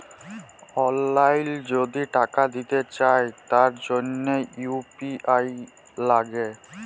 অললাইল যদি টাকা দিতে চায় তার জনহ ইউ.পি.আই লাগে